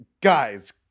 guys